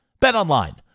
Betonline